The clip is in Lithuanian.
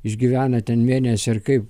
išgyvena ten mėnesį ar kaip